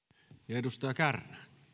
arvoisa herra